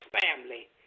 family